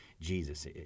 Jesus